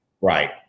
Right